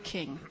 King